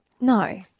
No